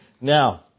Now